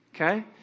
Okay